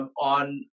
on